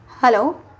hello